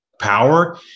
power